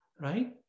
right